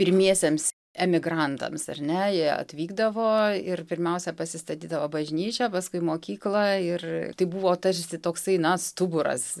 pirmiesiems emigrantams ar ne jie atvykdavo ir pirmiausia pasistatydavo bažnyčią paskui mokyklą ir tai buvo tarsi toksai na stuburas